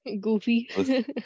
goofy